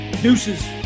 Deuces